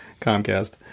comcast